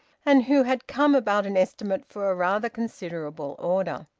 and who had come about an estimate for a rather considerable order.